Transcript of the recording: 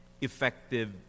effective